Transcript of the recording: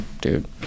dude